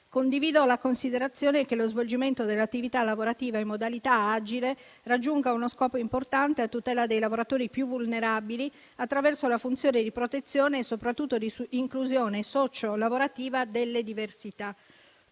Condivido la considerazione che lo svolgimento dell'attività lavorativa in modalità agile raggiunga uno scopo importante a tutela dei lavoratori più vulnerabili attraverso la funzione di protezione e, soprattutto, di inclusione socio-lavorativa delle diversità.